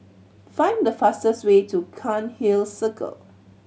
find the fastest way to Cairnhill Circle